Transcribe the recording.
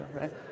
right